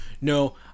No